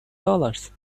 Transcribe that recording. dollars